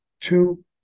two